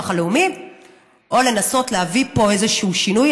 הלאומי או לנסות להביא פה איזשהו שינוי.